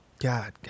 God